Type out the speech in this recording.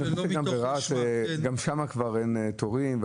אני חושב שגם ברהט כבר אין תורים.